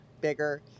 bigger